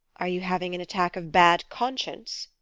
are you having an attack of bad conscience?